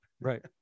Right